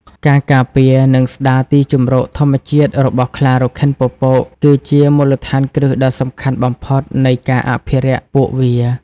ការការពារ និងស្តារទីជម្រកធម្មជាតិរបស់ខ្លារខិនពពក គឺជា មូលដ្ឋានគ្រឹះដ៏សំខាន់បំផុត នៃការអភិរក្សពួកវា។